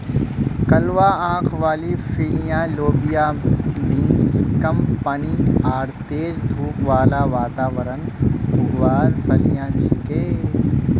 कलवा आंख वाली फलियाँ लोबिया बींस कम पानी आर तेज धूप बाला वातावरणत उगवार फलियां छिके